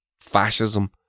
fascism